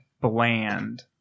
bland